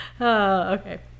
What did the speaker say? okay